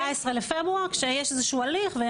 14 בפברואר כשיש איזשהו הליך.